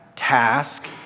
task